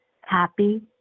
happy